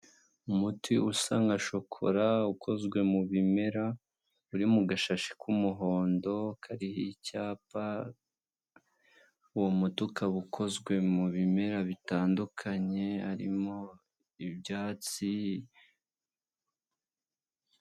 Umuti usa nka shokora ukozwe mu bimera uri mu gashashi k'umuhondo kariho icyapa uwo muti ukaba ukozwe mu bimera bitandukanye harimo ibyatsi.